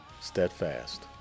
Steadfast